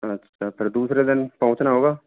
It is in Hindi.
अच्छा फिर दूसरे दिन पहुँचना होगा